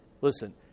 Listen